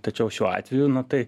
tačiau šiuo atveju na tai